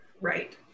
Right